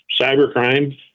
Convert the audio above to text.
cybercrime